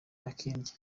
makindye